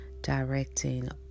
Directing